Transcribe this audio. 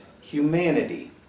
humanity